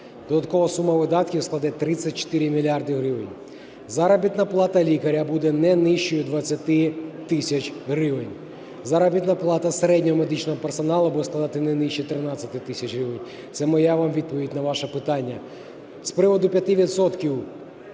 Додаткова сума видатків вкладе 34 мільярди гривень. Заробітна плата лікаря буде не нижчою 20 тисяч гривень. Заробітна плата середнього медичного персоналу буде складати не нижче 13 тисяч гривень. Це моя вам відповідь на ваше питання. З приводу 5